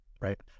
right